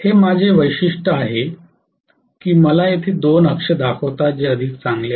हे माझे वैशिष्ट्य आहे की मला येथे दोन अक्ष दाखवतात जे अधिक चांगले आहे